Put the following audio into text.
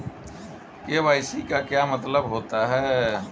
KYC का क्या मतलब होता है?